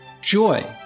Joy